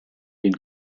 den